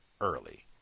early